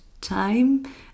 time